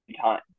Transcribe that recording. time